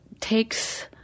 takes